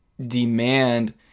demand